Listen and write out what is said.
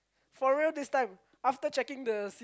for real this time after checking the